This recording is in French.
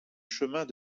chemins